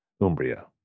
Umbria